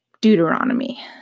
Deuteronomy